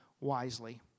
wisely